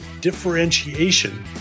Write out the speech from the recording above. differentiation